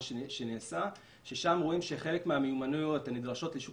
שנעשה רואים שחלק מהמיומנויות הנדרשות לשוק